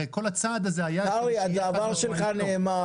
הרי כל הצעד הזה היה --- קרעי,